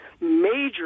major